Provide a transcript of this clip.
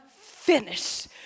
finish